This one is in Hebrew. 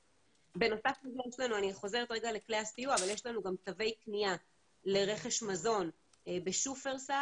יש לנו גם תווי קנייה לרכש מזון בשופרסל,